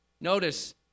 Notice